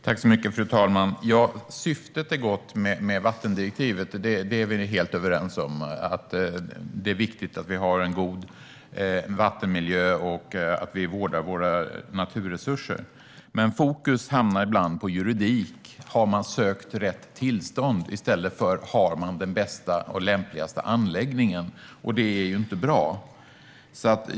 Fru talman! Syftet är gott med vattendirektivet; det är vi helt överens om. Det är viktigt att vi har en god vattenmiljö och att vi vårdar våra naturresurser. Men fokus hamnar ibland på juridik, till exempel om man har sökt rätt tillstånd, i stället för om man har den bästa och lämpligaste anläggningen. Det är inte bra.